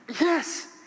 Yes